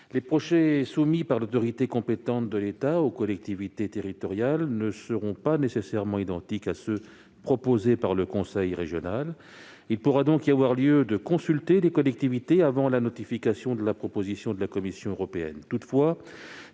les projets soumis par l'autorité compétente de l'État aux collectivités territoriales ne seront pas nécessairement identiques à ceux qui sont proposés par le conseil régional. Il pourra donc être pertinent de consulter les collectivités avant la notification de la proposition à la Commission européenne.